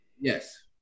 Yes